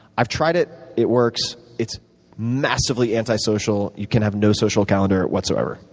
i've tried it it works. it's massively antisocial. you can have no social calendar whatsoever,